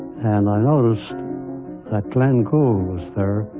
and i noticed that glenn gould was there,